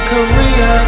Korea